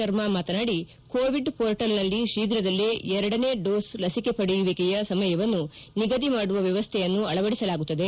ಶರ್ಮಾ ಮಾತನಾಡಿ ಕೋವಿಡ್ ಮೋರ್ಟಲ್ನಲ್ಲಿ ಶೀಘ್ರದಲ್ಲೇ ಎರಡನೇ ಡೋಸ್ ಲಸಿಕೆ ಪಡೆಯುವಿಕೆಯ ಸಮಯವನ್ನು ನಿಗಧಿ ಮಾಡುವ ವ್ಯವಸ್ಥೆಯನ್ನು ಅಳವಡಿಸಲಾಗುತ್ತದೆ